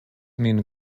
min